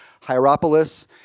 Hierapolis